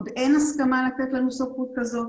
עוד אין הסכמה לתת לנו סמכות כזאת.